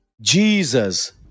Jesus